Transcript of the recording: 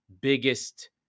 biggest